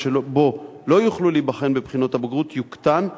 שהתלמידים לא יוכלו להיבחן בבחינות הבגרות יוקטן,